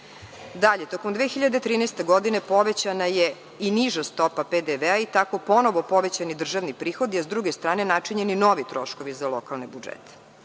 dinara. Dalje, tokom 2013. godine povećana je i niža stopa PDV i tako ponovo povećani državni prihodi, a s druge strane načinjeni novi troškovi za lokalne budžete. Dalje,